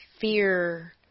fear